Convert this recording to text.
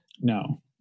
No